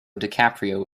dicaprio